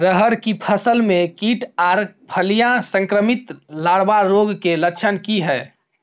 रहर की फसल मे कीट आर फलियां संक्रमित लार्वा रोग के लक्षण की हय?